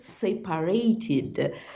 separated